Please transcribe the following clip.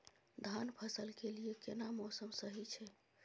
धान फसल के लिये केना मौसम सही छै?